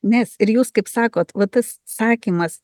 nes ir jūs kaip sakot va tas sakymas